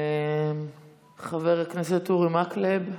חבר הכנסת אורי מקלב,